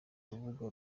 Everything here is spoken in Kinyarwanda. rubuga